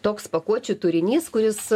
toks pakuočių turinys kuris